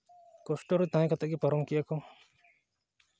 ᱠᱚᱥᱴᱚ ᱨᱮ ᱛᱟᱦᱮᱸ ᱠᱟᱛᱮᱫ ᱜᱮ ᱯᱟᱨᱚᱢ ᱠᱮᱫᱟᱠᱚ